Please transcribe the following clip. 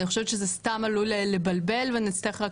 אני חושבת שזה סתם עלול לבלבל ונצטרך רק